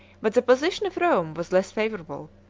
but the position of rome was less favorable,